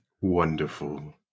Wonderful